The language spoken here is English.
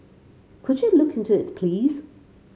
could you look into it please